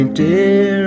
dear